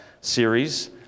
series